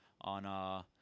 on –